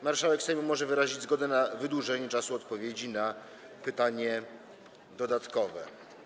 Marszałek Sejmu może wyrazić zgodę na wydłużenie czasu odpowiedzi na pytanie dodatkowe.